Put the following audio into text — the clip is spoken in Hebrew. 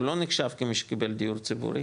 הוא נחשב כמי שקיבל דיור ציבורי,